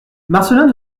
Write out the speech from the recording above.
marcelin